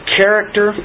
character